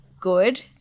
good